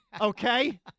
Okay